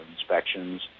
inspections